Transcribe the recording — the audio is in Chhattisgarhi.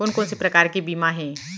कोन कोन से प्रकार के बीमा हे?